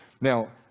Now